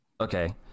Okay